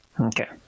Okay